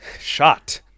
shot